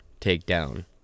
takedown